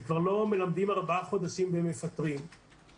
זה כבר לא מלמדים 4 חודשים ומפטרים אלא